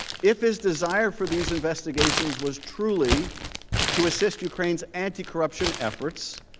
if his desire for these investigations was truly to assist ukraine's anticorruption efforts,